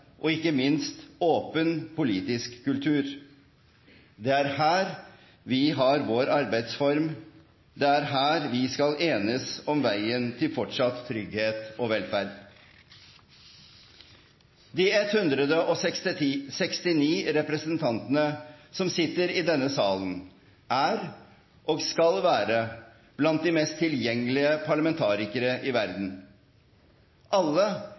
og, ikke minst, åpen politisk kultur. Det er her vi har vår arbeidsform, det er her vi skal enes om veien til fortsatt trygghet og velferd. De 169 representantene som sitter i denne salen, er – og skal være – blant de mest tilgjengelige parlamentarikere i verden. Alle